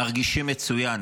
מרגישות מצוין.